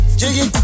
jiggy